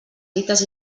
dites